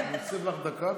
אני מוסיף לך דקה,